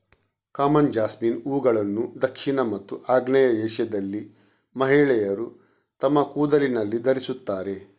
common jasmine ಹೂವುಗಳನ್ನು ದಕ್ಷಿಣ ಮತ್ತು ಆಗ್ನೇಯ ಏಷ್ಯಾದಲ್ಲಿ ಮಹಿಳೆಯರು ತಮ್ಮ ಕೂದಲಿನಲ್ಲಿ ಧರಿಸುತ್ತಾರೆ